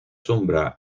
sombra